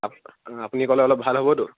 up আপুনি ক'লে অলপ ভাল হ'বতো